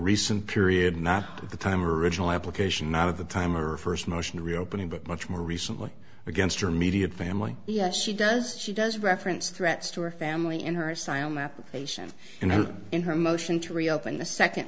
recent period not the time original application not of the time or a first motion reopening but much more recently against her media family yes she does she does reference threats to her family in her asylum application and in her motion to reopen the second